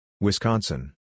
Wisconsin